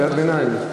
קריאת ביניים.